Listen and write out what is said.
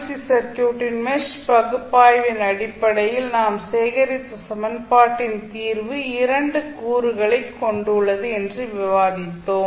C சர்க்யூட்டின் mesh பகுப்பாய்வின் அடிப்படையில் நாம் சேகரித்த சமன்பாட்டின் தீர்வு 2 கூறுகளைக் கொண்டுள்ளது என்று விவாதித்தோம்